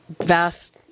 vast